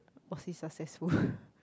was he successful